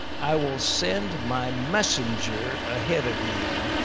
i will send my messenger ahead of you,